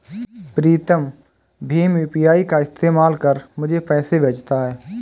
प्रीतम भीम यू.पी.आई का इस्तेमाल कर मुझे पैसे भेजता है